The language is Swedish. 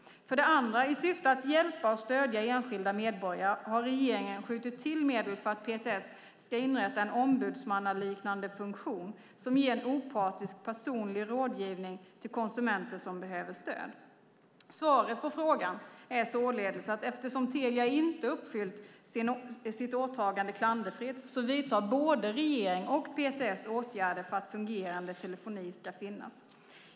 För det andra har regeringen, i syfte att hjälpa och stödja enskilda medborgare, skjutit till medel för att PTS ska inrätta en ombudsmannaliknande funktion som ger en opartisk personlig rådgivning till konsumenter som behöver stöd. Svaret på frågan är således att eftersom Telia inte uppfyllt sitt åtagande klanderfritt vidtar både regering och PTS åtgärder för att fungerande telefoni ska finnas.